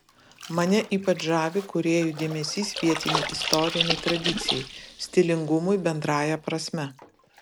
mane ypač žavi kūrėjų dėmesys vietinei istorinei tradicijai stilingumui bendrąja prasme